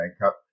makeup